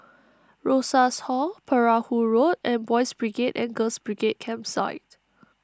Rosas Hall Perahu Road and Boys' Brigade and Girls' Brigade Campsite